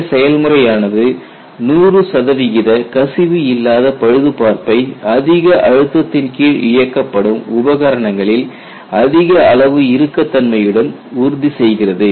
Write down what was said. இந்த செயல்முறை ஆனது 100 சதவிகித கசிவு இல்லாத பழுதுபார்ப்பை அதிக அழுத்தத்தின் கீழ் இயக்கப்படும் உபகரணங்களில் அதிக அளவு இறுக்கத்தன்மையுடன் உறுதி செய்கிறது